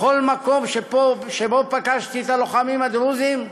בכל מקום שבו פגשתי את הלוחמים הדרוזים,